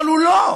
אבל הוא לא.